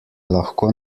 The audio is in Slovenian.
lahko